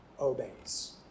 obeys